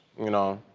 you know?